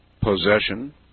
possession